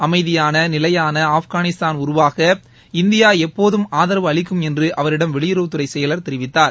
அமைதியான நிலையான ஆப்கானிஸ்தான் உருவாக இந்தியா எப்போதும் ஆதரவு அளிக்கும் என்று அவரிடம் வெளியுறவுத்துறை செயலர் தெரிவித்தார்